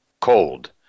cold